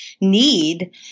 need